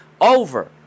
over